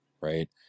right